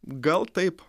gal taip